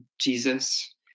Jesus